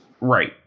Right